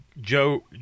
Joe